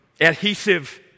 adhesive